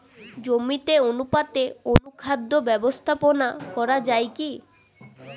জমিতে অনুপাতে অনুখাদ্য ব্যবস্থাপনা করা য়ায় কি?